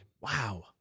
Wow